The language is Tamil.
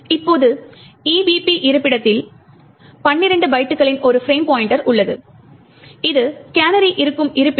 இப்போது EBP இருப்பிடத்தில் 12 பைட்டுகளின் ஒரு பிரேம் பாய்ண்ட்டர் உள்ளது இது கேனரி இருக்கும் இருப்பிடம்